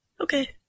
okay